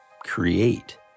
create